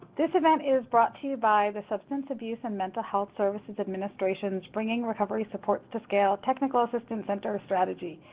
this event is brought to you by the substance abuse and mental health services administration's bringing recovery supports to scale technical assistance center strategy,